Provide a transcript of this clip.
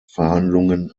verhandlungen